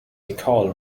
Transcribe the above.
nicole